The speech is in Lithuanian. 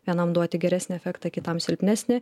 vienam duoti geresnę efektą kitam silpnesnį